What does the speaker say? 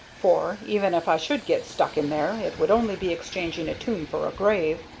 for, even if i should get stuck in there, it would only be exchanging a tomb for a grave.